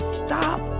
stop